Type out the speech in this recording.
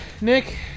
Nick